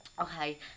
Okay